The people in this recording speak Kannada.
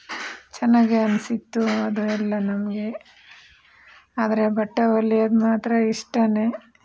ಚೆನ್ನಾಗೇ ಅನಿಸಿತ್ತು ಅದೆಲ್ಲ ನಮಗೆ ಆದರೆ ಬಟ್ಟೆ ಹೊಲಿಯೋದು ಮಾತ್ರ ಇಷ್ಟಾನೆ